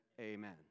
amen